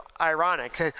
ironic